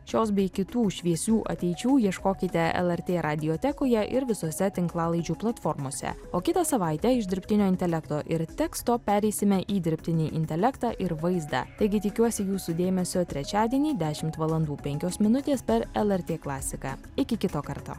šios bei kitų šviesių ateičių ieškokite lrt radiotekoje ir visose tinklalaidžių platformose o kitą savaitę iš dirbtinio intelekto ir teksto pereisime į dirbtinį intelektą ir vaizdą taigi tikiuosi jūsų dėmesio trečiadienį dešimt valandų penkios minutės per lrt klasiką iki kito karto